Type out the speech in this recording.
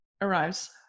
arrives